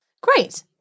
Great